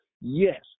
Yes